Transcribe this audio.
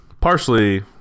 partially